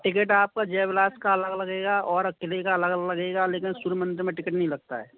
ticket आपका जय विलास का अलग लगेगा और क़िले का अलग लगेगा लेकिन सूर्य मंदिर में टिकट नहीं लगता है